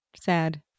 Sad